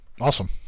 Awesome